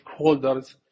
stakeholders